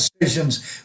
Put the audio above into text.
decisions